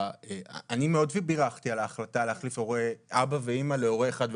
אני מאוד בירכתי על ההחלטה להחליף "אבא" ו"אימא" ל"הורה 1"